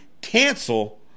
cancel